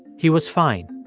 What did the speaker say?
he was fine.